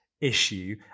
issue